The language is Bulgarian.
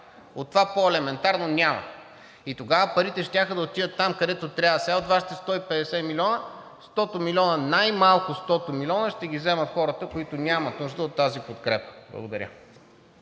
От това по-елементарно няма. И тогава парите щяха да отидат там, където трябва. Сега от Вашите 150 милиона стоте милиона най-малко, стоте милиона ще ги вземат хората, които нямат нужда от тази подкрепа. Благодаря.